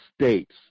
states